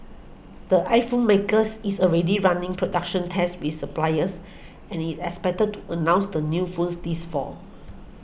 the iPhone makers is already running production tests with suppliers and is expected to announce the new phones this fall